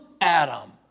Adam